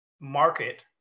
market